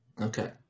Okay